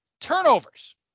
turnovers